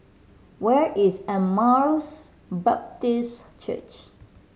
where is Emmaus Baptist Church